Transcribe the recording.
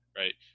right